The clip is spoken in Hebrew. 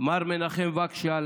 מר מנחם וגשל,